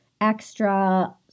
extra